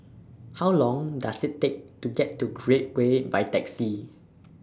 How Long Does IT Take to get to Create Way By Taxi